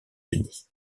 unis